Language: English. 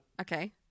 Okay